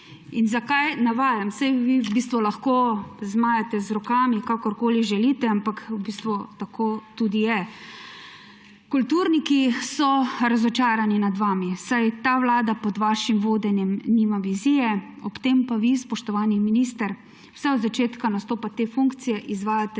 Zakaj navajam, saj vi v bistvu lahko mahate z rokami, kakorkoli želite, ampak v bistvu tako tudi je. Kulturniki so razočarani nad vami, saj ta vlada pod vašim vodenjem nima vizije, ob tem pa vi, spoštovani minister, vse od začetka nastopa te funkcije, izvajate